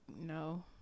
no